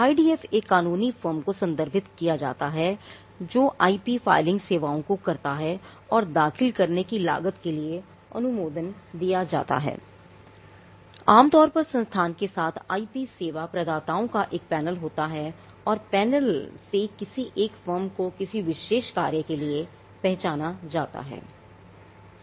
IDF एक कानूनी firm को किसी विशेष कार्य के लिए पहचाना जाता है